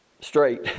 Straight